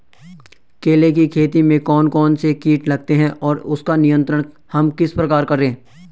केले की खेती में कौन कौन से कीट लगते हैं और उसका नियंत्रण हम किस प्रकार करें?